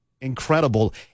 incredible